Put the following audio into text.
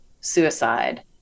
suicide